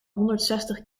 honderdzestig